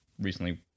recently